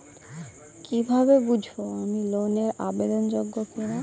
কীভাবে বুঝব আমি লোন এর আবেদন যোগ্য কিনা?